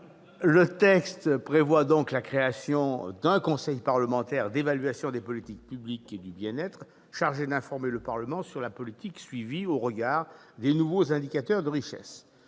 de loi prévoit la création d'un conseil parlementaire d'évaluation des politiques publiques et du bien-être chargé d'« informer le Parlement sur la politique suivie [...] au regard des nouveaux indicateurs de richesse